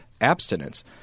abstinence